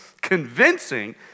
convincing